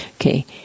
Okay